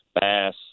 bass